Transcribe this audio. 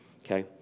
okay